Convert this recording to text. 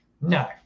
No